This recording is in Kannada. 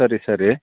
ಸರಿ ಸರಿ